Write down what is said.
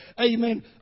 amen